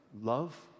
love